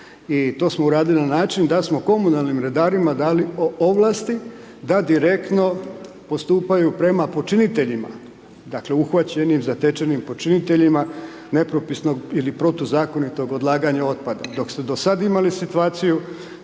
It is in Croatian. i to smo uradili na način da smo komunalnim redarima dali ovlasti da direktno postupaju prema počiniteljima, dakle uhvaćenim zatečenim počiniteljima nepropisnog ili protuzakonitog odlaganja otpadom. Dok ste do sada imali situaciju